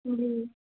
जी